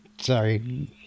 Sorry